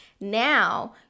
Now